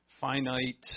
finite